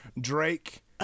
Drake